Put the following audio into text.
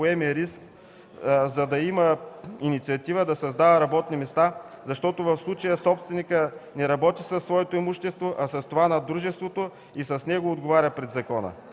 поеме риск, за да има инициатива да създава работни места, защото в случая собственикът не работи със своето имущество, а с това на дружеството и с него отговаря пред закона.